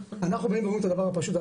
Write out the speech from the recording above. אנחנו באים ואומרים את הדבר הפשוט,